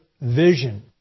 vision